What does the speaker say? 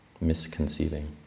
misconceiving